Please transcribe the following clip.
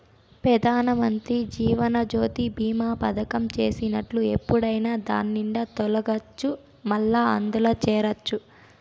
పెదానమంత్రి జీవనజ్యోతి బీమా పదకం చేసినట్లు ఎప్పుడైనా దాన్నిండి తొలగచ్చు, మల్లా అందుల చేరచ్చు